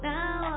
Now